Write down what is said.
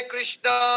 Krishna